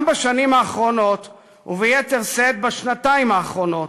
גם בשנים האחרונות, וביתר שאת בשנתיים האחרונות,